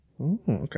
okay